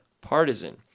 partisan